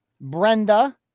Brenda